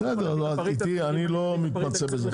בסדר, אני לא מתמצא בזה.